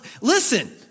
Listen